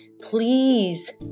please